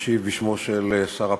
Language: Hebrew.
אשיב בשמו של שר הפנים.